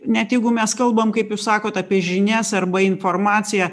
net jeigu mes kalbam kaip jūs sakot apie žinias arba informaciją